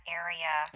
area